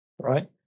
right